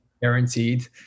Guaranteed